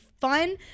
fun